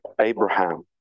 Abraham